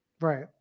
Right